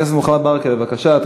חבר הכנסת ברכה, בבקשה.